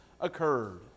occurred